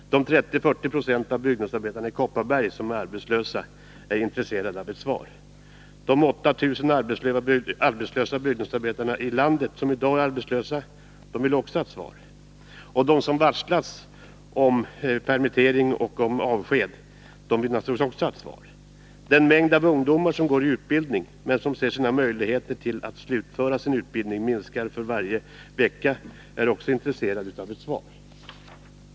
De 30-40 20 av byggnadsarbetarna i Kopparberg som är arbetslösa är intresserade av ett svar. De 8 000 byggnadsarbetare i landet som är arbetslösa vill också ha ett svar. De som har varslats om permittering och avsked vill ha ett svar. Den mängd ungdomar som går i utbildning men som ser sina möjligheter att slutföra utbildningen minska för varje vecka är också intresserade av ett svar.